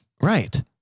Right